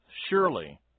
Surely